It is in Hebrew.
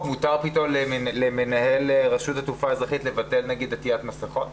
מותק פתאום למנהל רשות התעופה האזרחית לבטל עטיית מסכות?